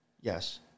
Yes